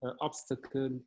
obstacle